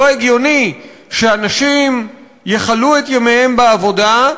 לא הגיוני שאנשים יכלו את ימיהם בעבודה,